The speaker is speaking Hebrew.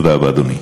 תודה רבה, אדוני.